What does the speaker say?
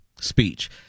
speech